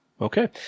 Okay